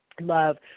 love